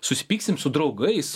susipyksim su draugais